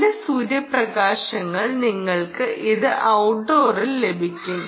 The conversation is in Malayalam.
നല്ല സൂര്യപ്രകാശത്തിൽ നിങ്ങൾക്ക് ഇത് ഔട്ട്ഡോറിൽ ലഭിക്കും